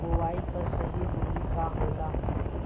बुआई के सही दूरी का होला?